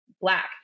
black